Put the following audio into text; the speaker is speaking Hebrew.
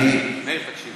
מאיר, תקשיב.